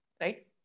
right